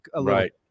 right